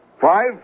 Five